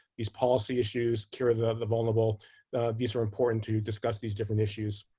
these policy issues, cure the vulnerable these are important to discuss these different issues.